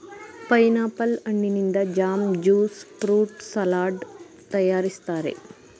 pineapple ಹಣ್ಣಿನಿಂದ jam, juice fruit salad ತರಯಾರಿಸ್ತರೆ